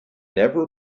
never